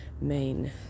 main